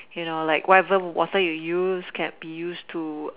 you know like whatever water you used can be used to